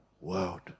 world